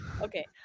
Okay